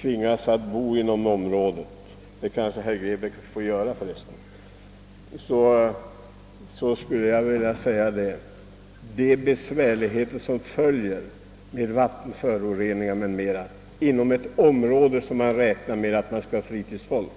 tvingades bo inom detta område — herr Grebäck gör det kanske redan? Är herrarna omedvetna om de besvärligheter som följer av vattenföroreningar m, m. i ett område som har avsetts för fritidsfolk?